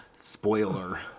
Spoiler